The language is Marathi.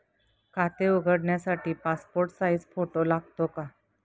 खाते उघडण्यासाठी पासपोर्ट साइज फोटो लागतो का?